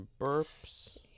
burps